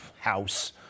house